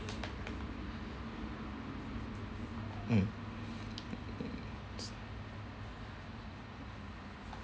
mm